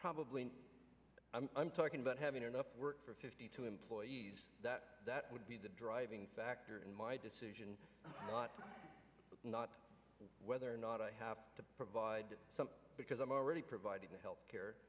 probably i'm talking about having enough work for fifty two employees that that would be the driving factor in my decision not whether or not i have to provide something because i'm already providing health